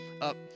up